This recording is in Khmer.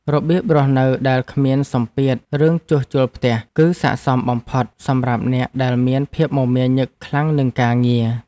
របៀបរស់នៅដែលគ្មានសម្ពាធរឿងជួសជុលផ្ទះ គឺស័ក្តិសមបំផុតសម្រាប់អ្នកដែលមានភាពមមាញឹកខ្លាំងនឹងការងារ។